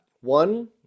One